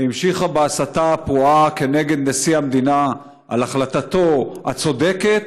והמשיכה בהסתה הפרועה כנגד נשיא המדינה על החלטתו הצודקת.